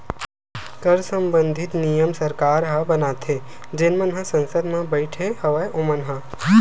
कर संबंधित नियम सरकार ह बनाथे जेन मन ह संसद म बइठे हवय ओमन ह